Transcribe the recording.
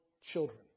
children